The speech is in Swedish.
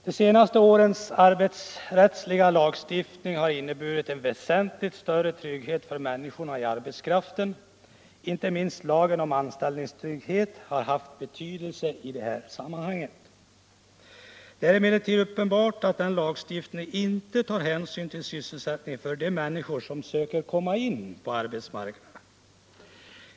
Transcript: De senaste årens arbetsrättsliga lagstiftning har inneburit en väsentligt större trygghet för människor i arbetskraften. Inte minst lagen om anställningstrygghet har haft betydelse i det sammanhanget. Det är emellertid helt uppenbart att den lagstiftningen inte tar hänsyn till sysselsättning för de människor som söker komma in på arbetsmarknaden.